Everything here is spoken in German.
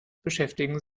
beschäftigen